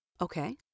okay